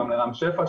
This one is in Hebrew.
גם לרם שפע,